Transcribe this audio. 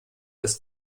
das